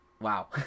wow